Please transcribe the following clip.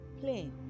plain